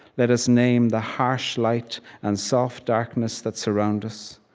let us name the harsh light and soft darkness that surround us.